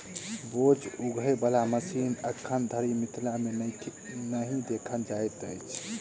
बोझ उघै बला मशीन एखन धरि मिथिला मे नहि देखल जाइत अछि